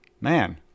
man